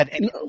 no